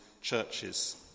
churches